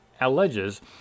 alleges